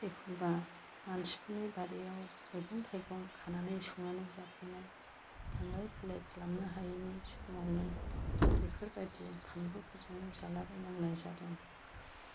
एखमब्ला मानसिफोरनि बारियाव मैगं थाइगं खानानै संनानै जानाय थांलाय फैलाय खालायनो हायैनि समावनो बेफोर बादि फानलु जोंनो जाला बायनांनाय जादों